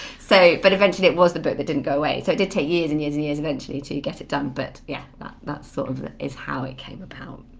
so but eventually it was the book that didn't go away so it did take years and years and years eventually to get it done, but yeah that's sort of it is how it came about.